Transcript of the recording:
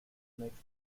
makes